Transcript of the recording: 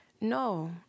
No